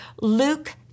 Luke